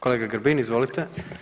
Kolega Grbin, izvolite.